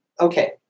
Okay